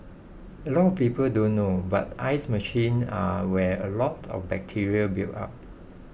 a lot of people don't know but ice machines are where a lot of bacteria builds up